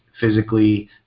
physically